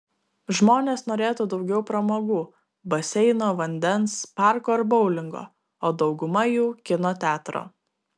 žmonės norėtų daugiau pramogų baseino vandens parko ar boulingo o dauguma jų kino teatro